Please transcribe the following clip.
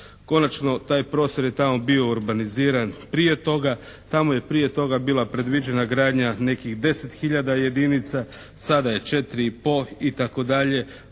Konačno, taj prostor je tamo bio urbaniziran prije toga. Tamo je prije toga bila predviđena gradnja nekih deset hiljada jedinica, sada je četiri i pol